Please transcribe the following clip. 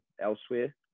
elsewhere